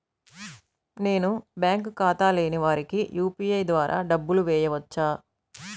నేను బ్యాంక్ ఖాతా లేని వారికి యూ.పీ.ఐ ద్వారా డబ్బులు వేయచ్చా?